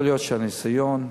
יכול להיות שבגלל הניסיון,